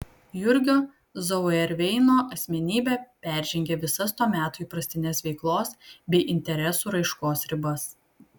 jurgio zauerveino asmenybė peržengė visas to meto įprastines veiklos bei interesų raiškos ribas